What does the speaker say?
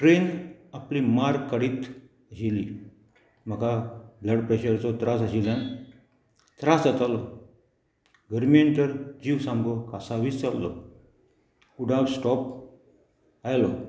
train आपली मार्ग काडीत आशिल्ली म्हाका ब्लड प्रेशराचो त्रास आशिल्ल्यान त्रास जातालो गर्मेंत तर जीव सामको कासावीस जाल्लो कुडाळ स्टॉप आयलो